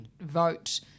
vote